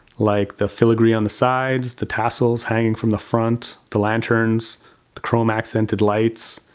like the filigree on the sides, the tassels hanging from the front, the lanterns the chrome accented lights,